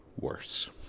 worse